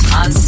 on